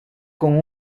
con